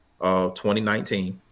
2019